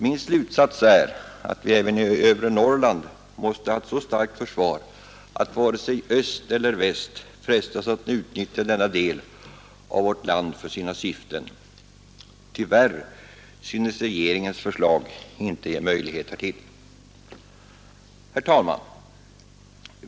Min slutsats är att vi även i övre Norrland måste ha ett så starkt försvar att varken öst eller väst frestas att utnyttja denna del av vårt land för sina syften. Tyvärr synes regeringens förslag inte ge möjlighet härtill. Herr talman!